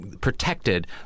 protected